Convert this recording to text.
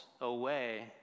away